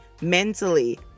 mentally